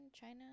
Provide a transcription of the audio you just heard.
China